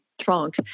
trunk